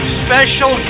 special